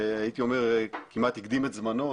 הייתי אומר כמעט הקדים את זמנו,